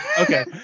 Okay